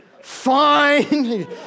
Fine